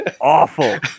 awful